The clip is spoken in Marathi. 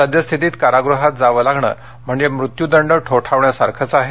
सद्यस्थितीत कारागृहात जावं लागणं म्हणजे मृत्यूदंड ठोठावण्यासारखंच आहे